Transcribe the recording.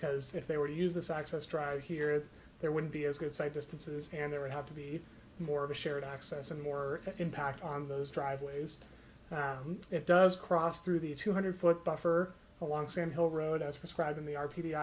because if they were to use this access try here there wouldn't be as good side distances and there would have to be more of a shared access and more impact on those driveways it does cross through the two hundred foot buffer along sam hill road as prescribed in the r p